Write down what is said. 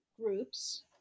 groups